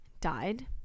died